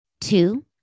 Two